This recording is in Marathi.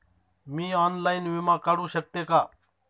मी ऑनलाइन विमा काढू शकते का?